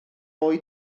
fwy